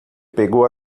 pegou